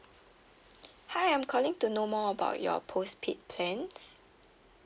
hi I'm calling to know more about your postpaid plans